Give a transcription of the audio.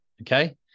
Okay